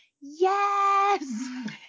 yes